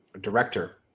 director